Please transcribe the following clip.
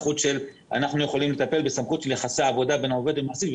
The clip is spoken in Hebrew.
אנחנו יכולים לטפל בסמכות של יחסי עבודה בין עובד למעסיק.